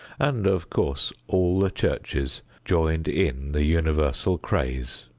and, of course, all the churches joined in the universal craze.